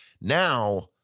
now